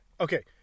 okay